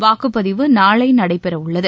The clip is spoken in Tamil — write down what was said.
வாக்குப்பதிவு நாளை நடைபெறவுள்ளது